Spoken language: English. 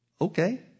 Okay